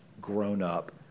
grown-up